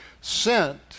sent